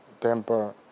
temper